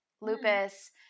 lupus